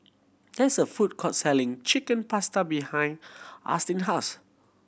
there is a food court selling Chicken Pasta behind Austen house